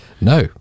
no